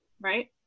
Right